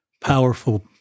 powerful